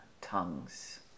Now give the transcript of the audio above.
tongues